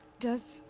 does.